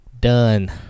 done